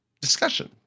discussion